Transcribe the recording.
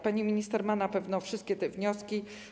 Pani minister zna na pewno wszystkie te wnioski.